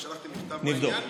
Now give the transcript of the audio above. גם שלחתי מכתב בעניין,